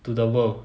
to the world